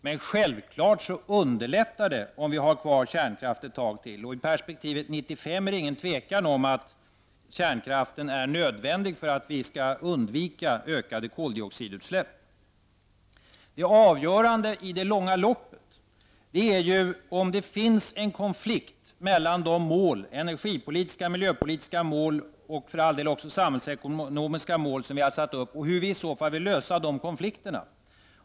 Men självfallet underlättar det om vi har kvar kärnkraft ett tag till. Fram till 1995 är det inget tvivel om att kärnkraften är nödvändig för att vi skall kunna undvika ökade koldioxidutsläpp. Det avgörande i det långa loppet är ju om det föreligger konflikter mellan de energipolitiska och miljöpolitiska och för all del också samhällsekonomiska mål som vi har satt upp och hur vi i så fall vill lösa de konflikterna.